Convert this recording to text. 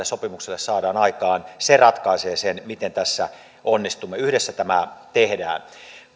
sopimuksella saadaan aikaan ratkaisee sen miten tässä onnistumme yhdessä tämä tehdään